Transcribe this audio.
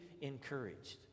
encouraged